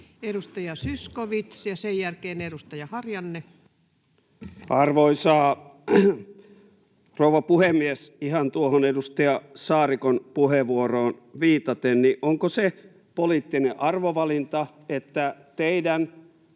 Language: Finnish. esityksistä Time: 16:21 Content: Arvoisa rouva puhemies! Ihan tuohon edustaja Saarikon puheenvuoroon viitaten: Onko se poliittinen arvovalinta, että teidän